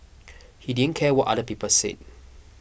he didn't care what other people said